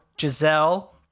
Giselle